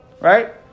right